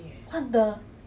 你赢 liao lor 这样